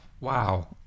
wow